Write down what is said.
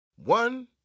One